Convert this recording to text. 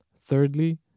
Thirdly